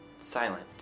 silent